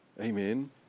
Amen